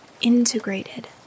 integrated